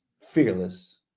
fearless